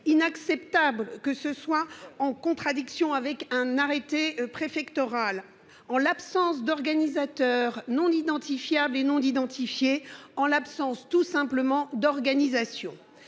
inacceptable que ce soit en contradiction avec un arrêté préfectoral en l'absence d'organisateurs non identifiables et non d'identifier en l'absence tout simplement d'organisation.